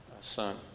son